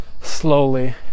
slowly